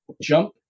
jump